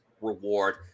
reward